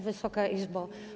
Wysoka Izbo!